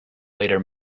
later